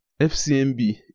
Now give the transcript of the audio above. fcmb